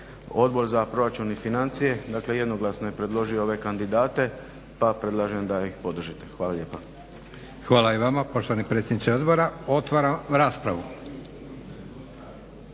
Odbor za proračun i financije dakle jednoglasno je predložio ove kandidate pa predlažem da ih podržite. Hvala lijepa. **Leko, Josip (SDP)** Hvala i vama poštovani predsjedniče Odbora. Otvaram raspravu.